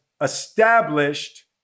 established